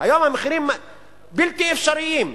היום המחירים בלתי אפשריים.